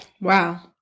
wow